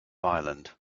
ireland